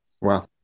Wow